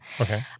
Okay